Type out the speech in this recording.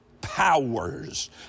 powers